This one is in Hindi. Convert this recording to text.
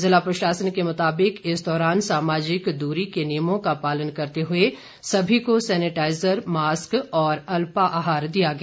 जिला प्रशासन के मुताबिक इस दौरान सामाजिक दूरी के नियमों का पालन करते हुए सभी को सेनेटाइजर मास्क और अल्पाहार दिया गया